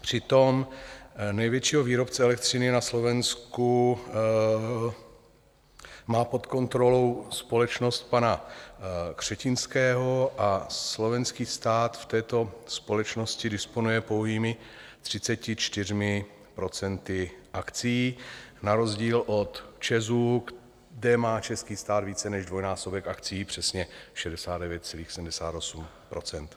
Přitom největšího výrobce elektřiny na Slovensku má pod kontrolou společnost pana Křetinského a slovenský stát v této společnosti disponuje pouhými 34 % akcií na rozdíl od ČEZu, kde má český stát víc než dvojnásobek akcií, přesně 69,78 %.